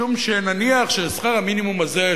משום שנניח ששכר המינימום הזה,